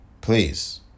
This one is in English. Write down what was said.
please